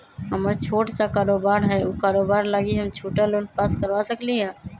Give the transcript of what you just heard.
हमर छोटा सा कारोबार है उ कारोबार लागी हम छोटा लोन पास करवा सकली ह?